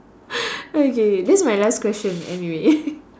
okay that's my last question anyway